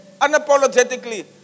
Unapologetically